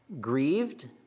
grieved